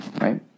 right